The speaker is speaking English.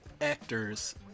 Actors